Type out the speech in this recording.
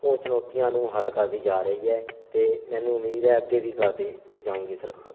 ਉਹ ਚਣੌਤੀਆਂ ਨੂੰ ਹੱਲ ਕਰਦੀ ਜਾ ਰਹੀ ਹੈ ਅਤੇ ਮੈਨੂੰ ਉਮੀਦ ਹੈ ਅੱਗੇ ਵੀ ਕਰਦੀ ਜਾਊਂਗੀ ਸਰਕਾਰ